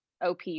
OP